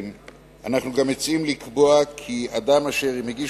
אנחנו גם מציעים לקבוע כי אדם אשר מגיש